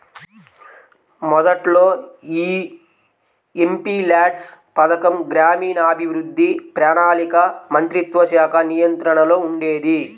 మొదట్లో యీ ఎంపీల్యాడ్స్ పథకం గ్రామీణాభివృద్ధి, ప్రణాళికా మంత్రిత్వశాఖ నియంత్రణలో ఉండేది